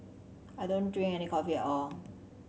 I don't drink any coffee at all